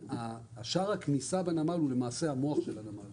שער הכניסה לנמל הוא, למעשה, המוח של הנמל.